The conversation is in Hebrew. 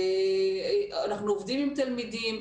אנחנו עובדים עם תלמידים,